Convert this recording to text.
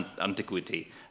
antiquity